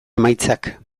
emaitzak